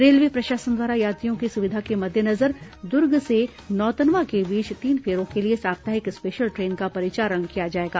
railway प्रशासन द्वारा यात्रियों की सुविधा के मद्देनजर दुर्ग से नौतनवा के बीच तीन फेरों के लिए साप्ताहिक स्पेशल ट्रेन का परिचालन किया जाएगा